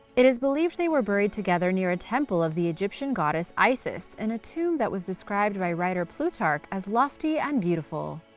it is believed they were buried together near a temple of the egyptian goddess isis, in a tomb that was described by writer plutarch as lofty and beautiful.